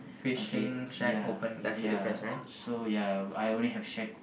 okay ya ya so ya I only have shack